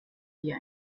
dir